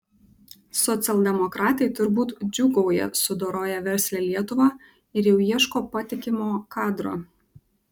socialdemokratai turbūt džiūgauja sudoroję verslią lietuvą ir jau ieško patikimo kadro